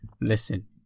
Listen